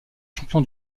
champion